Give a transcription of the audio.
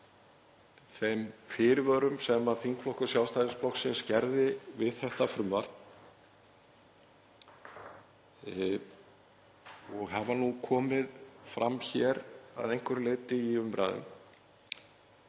þeim fyrirvörum sem þingflokkur Sjálfstæðisflokksins gerði við þetta frumvarp og hafa nú komið fram hér að einhverju leyti í umræðum.